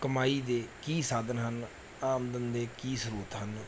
ਕਮਾਈ ਦੇ ਕੀ ਸਾਧਨ ਹਨ ਆਮਦਨ ਦੇ ਕੀ ਸਰੋਤ ਹਨ